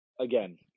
again